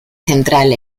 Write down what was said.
central